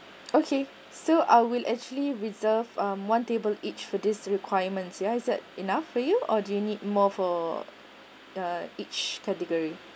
okay so I will actually reserve um one table each for these requirements ya is that enough for you or do you need more for the each category